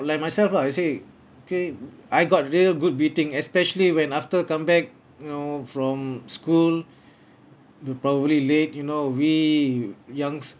like myself lah I say okay I got real good beating especially when after come back you know from school you probably late you know we youngsters